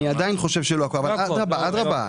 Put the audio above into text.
אני עדיין חושב שלא הכל, אבל אדרבה, אדרבה.